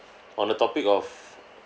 on the topic of